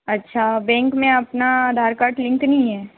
अच्छा बैंक में अपना आधार कार्ड लिंक नहीं है